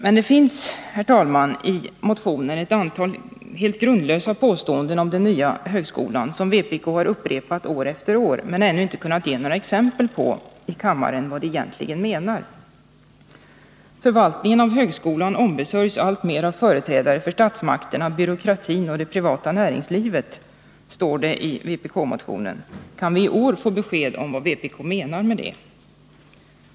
Men det finns, herr talman, i motionen ett antal helt grundlösa påståenden om den nya högskolan som representanter för vpk har upprepat år efter år i kammaren, utan att de kunnat ge några exempel på vad de menar. ”Förvaltningen av högskolan ombesörjs alltmer av företrädare för statsmakterna, byråkratin och det privata näringslivet”, står det i vpk-motionen. Kan vi i år få besked om vad vpk menar med det?